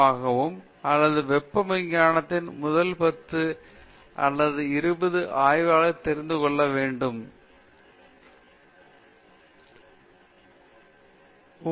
எனவே உதாரணமாக முதல் பத்து முதல் பதினைந்து வெப்ப பாயும் அல்லது வெப்ப விஞ்ஞானத்தில் முதல் பத்து அல்லது முதல் இருபது ஆய்வாளர்கள் தெரிந்து கொள்ள வேண்டும் அவர்கள் இப்போது வேலை செய்யும் பிரச்சனைகள் என்னென்ன